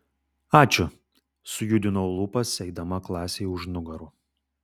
ačiū sujudinau lūpas eidama klasei už nugarų